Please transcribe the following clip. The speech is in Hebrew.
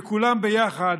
וכולם ביחד,